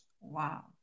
wow